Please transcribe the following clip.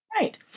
Right